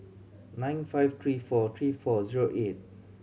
nine five three four three four zero eight